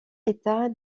état